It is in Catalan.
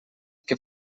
que